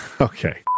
Okay